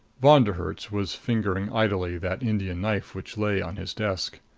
von der herts was fingering idly that indian knife which lay on his desk.